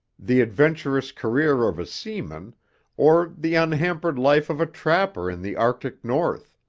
the adventurous career of a seaman or the unhampered life of a trapper in the arctic north,